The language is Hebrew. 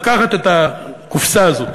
לקחת את הקופסה הזאת,